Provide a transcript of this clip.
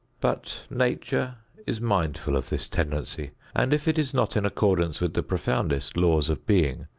but nature is mindful of this tendency and if it is not in accordance with the profoundest laws of being,